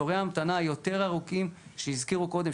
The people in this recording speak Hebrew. תורי ההמתנה היותר ארוכים שהזכירו קודם,